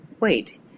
wait